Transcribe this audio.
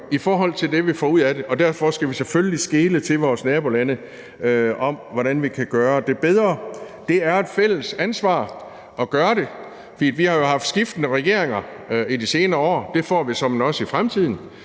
i forhold til det, som vi får ud af det, og derfor skal vi selvfølgelig skele til vores nabolande, med hensyn til hvordan vi kan gøre det bedre, og det er et fælles ansvar at gøre det. For vi har jo haft skiftende regeringer i de senere år – og det får vi såmænd også i fremtiden